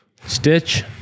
stitch